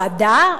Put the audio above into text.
ועדה,